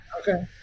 Okay